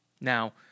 now